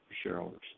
shareholders